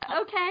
okay